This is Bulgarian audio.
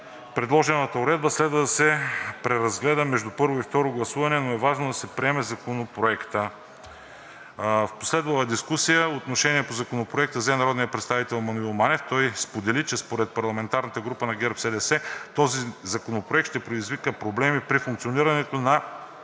предложената уредба следва да се преразгледа между първо и второ гласуване, но е важно да се приеме Законопроектът. В последвалата дискусия отношение по Законопроекта взе народният представител Маноил Манев. Той сподели, че според парламентарната група на ГЕРБ-СДС този законопроект ще предизвика проблеми при функционирането на